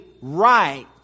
right